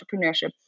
entrepreneurship